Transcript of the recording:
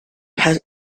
has